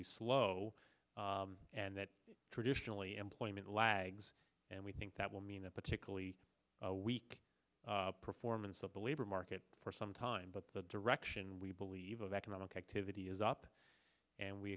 be slow and that traditionally employment lags and we think it will mean a particularly weak performance of the labor market for some time but the direction we believe of economic activity is up and we